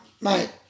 mate